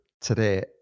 today